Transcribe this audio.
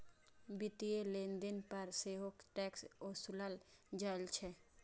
वित्तीय लेनदेन पर सेहो टैक्स ओसूलल जाइ छै